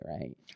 right